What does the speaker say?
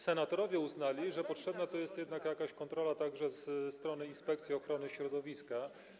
Senatorowie uznali, że potrzebna to jest jednak jakaś kontrola, także z strony inspekcji ochrony środowiska.